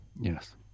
Yes